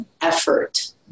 effort